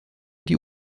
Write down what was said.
die